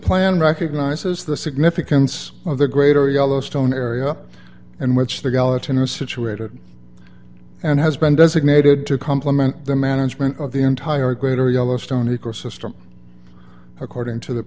plan recognizes the significance of the greater yellowstone area in which the gallatin a situated and has been designated to compliment the management of the entire greater yellowstone ecosystem according to the